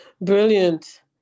Brilliant